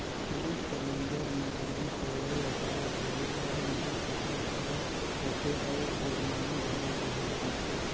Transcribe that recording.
police कर नंजर में बाउंस होवई अपराध हवे अउ ओम्हां सजा घलो होथे अउ जुरमाना घलो देहे ले परथे